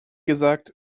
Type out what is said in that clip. gesagt